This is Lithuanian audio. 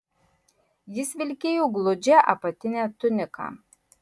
jis vilkėjo gludžią apatinę tuniką